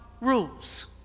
rules